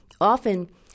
Often